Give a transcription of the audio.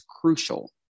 crucial